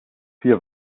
vier